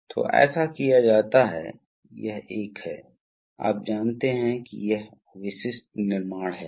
तो हमारे पास सिस्टम के तीन मोड हैं पहले मोड में सिस्टम वेंट करेगा कि पंप सीधे टैंक से जुड़ा होगा कोई तरल पदार्थ नहीं कोई प्रवाह नहीं